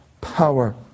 power